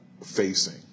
facing